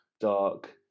dark